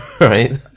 Right